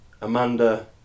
Amanda